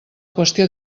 qüestió